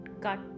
cut